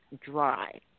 dry